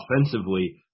offensively